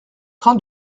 train